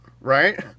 right